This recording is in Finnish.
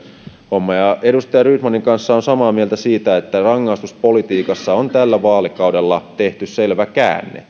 homma edustaja rydmanin kanssa olen samaa mieltä siitä että rangaistuspolitiikassa on tällä vaalikaudella tehty selvä käänne